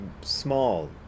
small